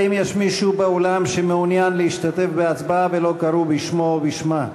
האם יש מישהו באולם שמעוניין להשתתף בהצבעה ולא קראו בשמו או בשמה?